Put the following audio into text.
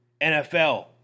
NFL